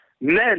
Men